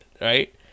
right